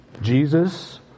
Jesus